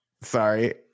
Sorry